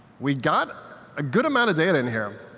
we got a good amount of data in here.